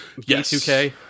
B2K